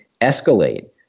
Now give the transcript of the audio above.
escalate